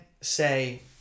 say